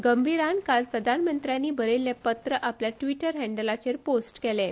गंभीरान काल प्रधानमंत्र्यानी बरयिल्लें पत्र आपल्या ट्रिटर हँडलाचेर पोस्ट केलें